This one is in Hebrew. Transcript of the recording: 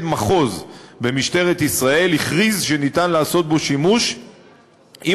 מחוז במשטרת ישראל הכריז שניתן לעשות בו שימוש בסמכות,